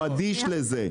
הוא אדיש לזה.